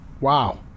Wow